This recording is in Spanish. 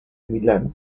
milán